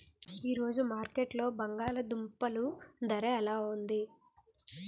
ఈ రోజు మార్కెట్లో బంగాళ దుంపలు ధర ఎలా ఉంది?